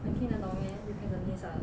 你听得懂 meh you cantonese ah